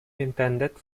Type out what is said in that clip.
intended